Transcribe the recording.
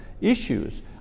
issues